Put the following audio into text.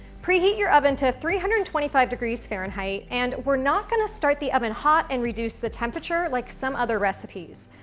preheat your oven to three hundred and twenty five degrees fahrenheit and we're not gonna start the oven hot and reduce the temperature like some other recipes.